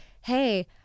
Hey